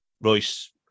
Royce